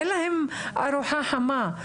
אין להם ארוחה חמה.